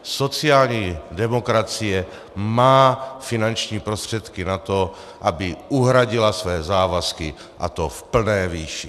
Sociální demokracie má finanční prostředky na to, aby uhradila své závazky, a to v plné výši.